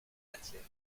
matière